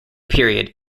period